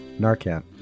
Narcan